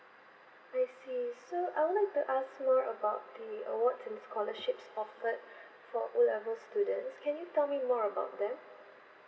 I see so I would like to ask more about the awards and scholarships offered for O level students can you tell me more about that